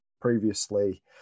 previously